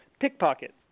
Pickpocket